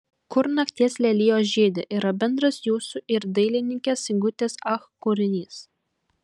kur nakties lelijos žydi yra bendras jūsų ir dailininkės sigutės ach kūrinys